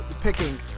picking